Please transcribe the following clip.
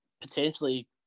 potentially